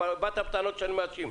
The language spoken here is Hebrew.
באת בטענות שאני מאשים,